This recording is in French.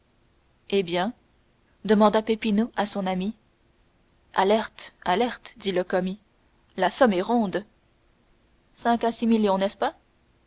eh bien demanda peppino à son ami alerte alerte dit le commis la somme est ronde cinq à six millions n'est-ce pas